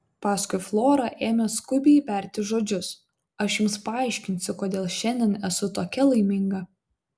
paskui flora ėmė skubiai berti žodžius aš jums paaiškinsiu kodėl šiandien esu tokia laiminga